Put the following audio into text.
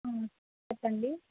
చెప్పండీ